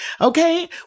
Okay